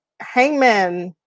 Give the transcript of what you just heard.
hangman